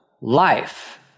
life